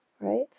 Right